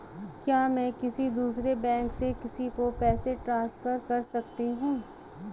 क्या मैं किसी दूसरे बैंक से किसी को पैसे ट्रांसफर कर सकती हूँ?